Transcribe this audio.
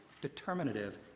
determinative